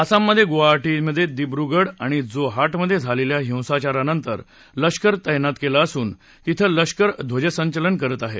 आसाममधे गुवाहाटीमधे दिब्रगड आणि जो हाटमधे झालेल्या हिंसाचारानंतर लष्कर तैनात केलं असून तिथं लष्कर ध्वजसंचलन करत आहे